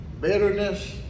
bitterness